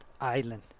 island